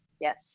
yes